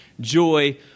joy